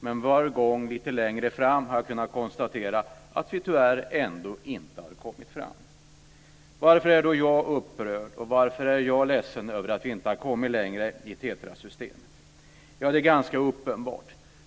Men varje gång har jag lite längre fram kunnat konstatera att vi tyvärr ändå inte har kommit fram. Varför är då jag upprörd och ledsen över att vi inte har kommit längre i TETRA-systemet? Det är ganska uppenbart.